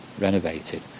renovated